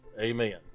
Amen